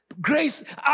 Grace